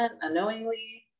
Unknowingly